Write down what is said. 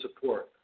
support